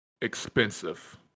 expensive